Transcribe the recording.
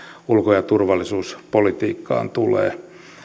ulko ja turvallisuuspolitiikkaan tulee